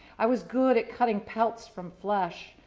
i was good at cutting pelts from flesh,